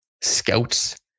scouts